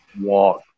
walk